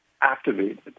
activated